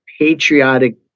patriotic